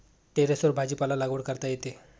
टेरेसवर भाजीपाला लागवड करता येते